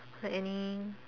like any